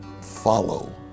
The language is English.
follow